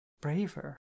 Braver